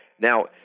Now